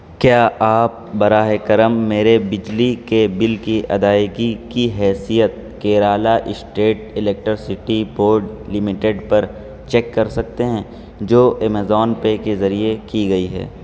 کیا آپ براہ کرم میرے بجلی کے بل کی ادائیگی کی حیثیت Kerala State Electricity Board Limited پر چیک کر سکتے ہیں جو ایمیزون پے کے ذریعے کی گئی ہے